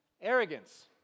Arrogance